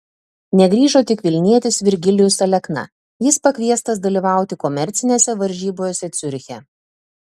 negrįžo tik vilnietis virgilijus alekna jis pakviestas dalyvauti komercinėse varžybose ciuriche